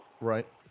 Right